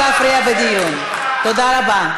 שאלה לי, זהו, רבותי.